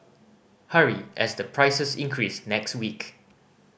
hurry as the prices increase next week